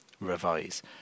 revise